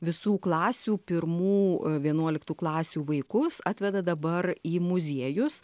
visų klasių pirmų vienuoliktų klasių vaikus atveda dabar į muziejus